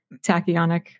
tachyonic